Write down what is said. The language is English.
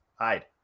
Hide